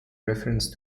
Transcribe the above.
reference